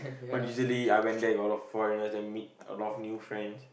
but usually I went there got a lot of foreigners then meet a lot of new friends